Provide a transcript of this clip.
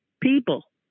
people